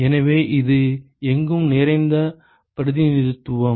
எனவே இது எங்கும் நிறைந்த பிரதிநிதித்துவம்